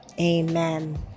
Amen